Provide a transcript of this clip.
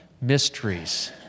mysteries